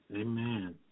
Amen